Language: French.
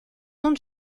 nom